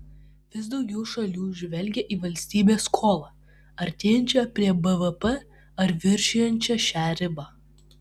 vis daugiau šalių žvelgia į valstybės skolą artėjančią prie bvp ar viršijančią šią ribą